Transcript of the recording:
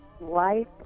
life